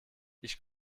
ich